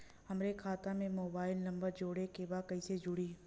हमारे खाता मे मोबाइल नम्बर जोड़े के बा कैसे जुड़ी?